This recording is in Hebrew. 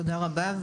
תודה רבה.